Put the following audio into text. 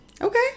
Okay